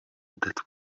that